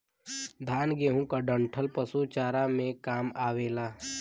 धान, गेंहू क डंठल पशु चारा में काम आवेला